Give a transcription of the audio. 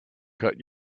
cut